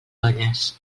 olles